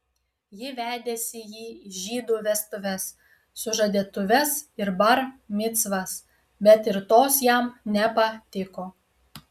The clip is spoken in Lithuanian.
ji vedėsi jį į žydų vestuves sužadėtuves ir bar micvas bet ir tos jam nepatiko